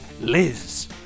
Liz